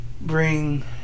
Bring